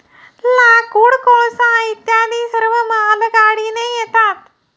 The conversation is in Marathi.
लाकूड, कोळसा इत्यादी सर्व मालगाडीने येतात